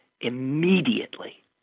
immediately